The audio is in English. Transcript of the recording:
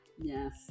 yes